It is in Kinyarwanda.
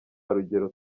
rugero